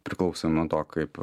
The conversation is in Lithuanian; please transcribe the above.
priklausė nuo to kaip